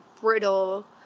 brittle